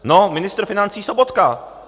No, ministr financí Sobotka.